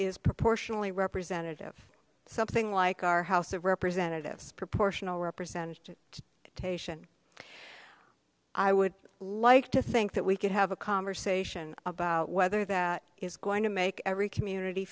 is proportionally representative something like our house of representatives proportional representation to taishan i would like to think that we could have a conversation about whether that is going to make every community